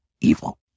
evil